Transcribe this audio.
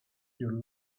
you